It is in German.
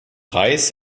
reis